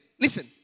listen